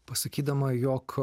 pasakydama jog